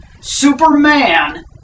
Superman